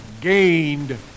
gained